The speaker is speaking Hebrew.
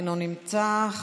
אינו נמצא,